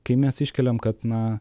kai mes iškeliam kad na